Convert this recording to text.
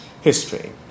history